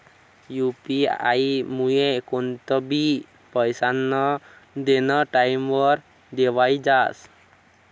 UP आयमुये कोणतंबी पैसास्नं देनं टाईमवर देवाई जास